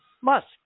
Musk